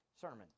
sermon